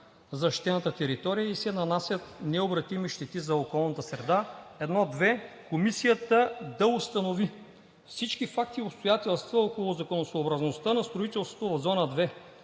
защитената територия и се нанасят необратими щети за околната среда. 1.2. Комисията да установи всички факти и обстоятелства около законосъобразността на строителството в зона 2,